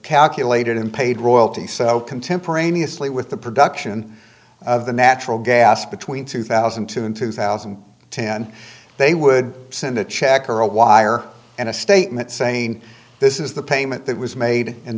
calculated and paid royalties so contemporaneously with the production of the natural gas between two thousand and two and two thousand and ten they would send a check or a wire and a statement saying this is the payment that was made and